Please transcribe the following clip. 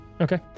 Okay